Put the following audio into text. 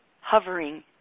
hovering